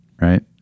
right